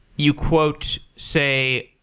you quote, say,